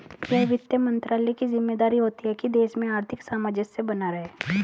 यह वित्त मंत्रालय की ज़िम्मेदारी होती है की देश में आर्थिक सामंजस्य बना रहे